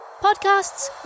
podcasts